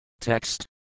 Text